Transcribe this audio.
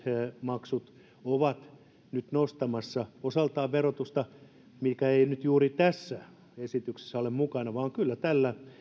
maksut ovat nyt osaltaan nostamassa verotusta mutta sitä ei nyt juuri tässä esityksessä ole mukana vaan kyllä tällä